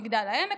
מגדל העמק,